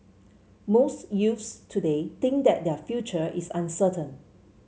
most youths today think that their future is uncertain